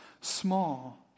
small